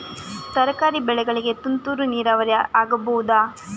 ತರಕಾರಿ ಬೆಳೆಗಳಿಗೆ ತುಂತುರು ನೀರಾವರಿ ಆಗಬಹುದಾ?